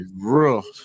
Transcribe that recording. rough